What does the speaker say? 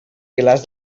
pilars